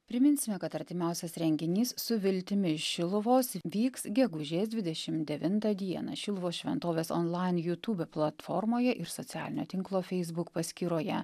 priminsime kad artimiausias renginys su viltimi iš šiluvos vyks gegužės dvidešimt devintą dieną šiluvos šventovės onlain jutube platformoje ir socialinio tinklo feisbuk paskyroje